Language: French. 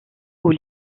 aux